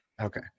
Okay